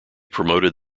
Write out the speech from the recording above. promoted